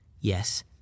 Yes